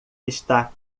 está